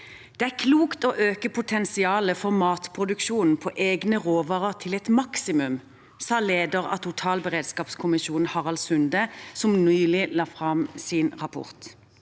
Det er klokt å øke potensialet for matproduksjon på egne råvarer til et maksimum, sa leder av totalberedskapskommisjonen, Harald Sunde, som nylig la fram sin rapport.